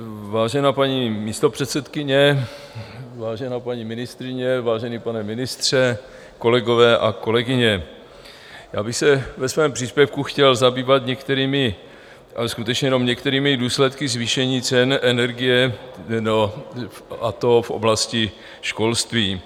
Vážená paní místopředsedkyně, vážená paní ministryně, vážený pane ministře, kolegové a kolegyně, já bych se ve svém příspěvku chtěl zabývat některými, ale skutečně jenom některými důsledky zvýšení cen energie, a to v oblasti školství.